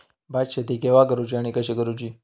भात शेती केवा करूची आणि कशी करुची?